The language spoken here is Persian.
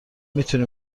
میتونی